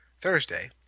Thursday